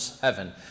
heaven